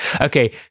Okay